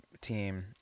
team